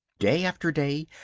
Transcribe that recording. day after day,